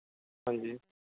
ਹਾਂਜੀ